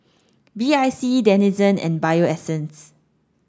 B I C Denizen and Bio Essence